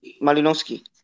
Malinowski